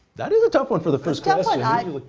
that is a tough one for the first kind of like